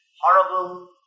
horrible